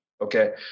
okay